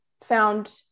found